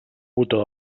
botó